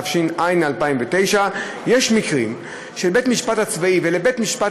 התש"ע 2009. יש מקרים שלבית-המשפט הצבאי ולבית-משפט